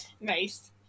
Nice